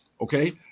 Okay